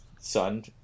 son